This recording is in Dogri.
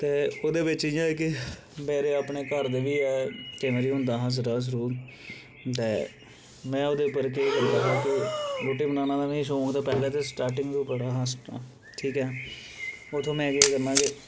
ते ओह्दे बिच्च जि'यां केह् मेरे अपने घर दे बी ऐ केईं बारी हुंदा हा श्राद्ध शरूद ते में ओह्दे पर केह् करदा हा के रुट्टी बनाने दा मिगी शौक के पैह्ले ते स्टार्टिंग दा बड़ा हा ठीक ऐ उत्थूं में केह् करना केह्